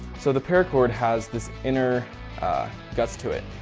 so the paracord has this inner guts to it.